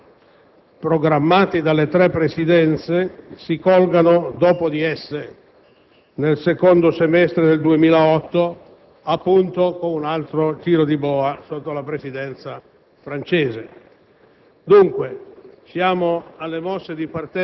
con la previsione che i risultati programmati dalle tre Presidenze si colgano dopo di esse - nel secondo semestre 2008, appunto - con un altro giro di boa sotto la Presidenza francese.